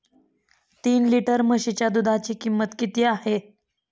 तीन लिटर म्हशीच्या दुधाची किंमत किती आहे?